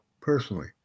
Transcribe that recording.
personally